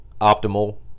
optimal